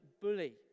bully